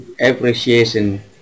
appreciation